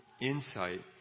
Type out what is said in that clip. insight